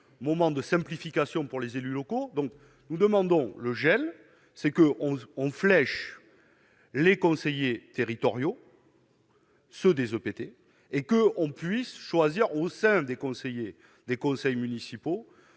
moment de simplification pour les élus locaux, donc nous demandons le gel, c'est que 11 en flèche, les conseillers territoriaux. Ceux des OPT et que on puisse choisir au sein des conseils et des conseils municipaux,